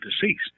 deceased